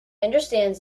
understands